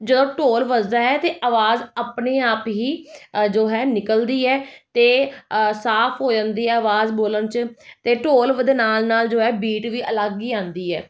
ਜਦੋਂ ਢੋਲ ਵੱਜਦਾ ਹੈ ਅਤੇ ਆਵਾਜ਼ ਆਪਣੇ ਆਪ ਹੀ ਅ ਜੋ ਹੈ ਨਿਕਲਦੀ ਹੈ ਅਤੇ ਸਾਫ਼ ਹੋ ਜਾਂਦੀ ਆ ਆਵਾਜ਼ ਬੋਲਣ 'ਚ ਅਤੇ ਢੋਲ ਬਦਾ ਨਾਲ ਨਾਲ ਜੋ ਹੈ ਬੀਟ ਵੀ ਅਲੱਗ ਹੀ ਆਉਂਦੀ ਹੈ